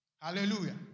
Hallelujah